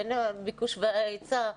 בין הביקוש וההיצע.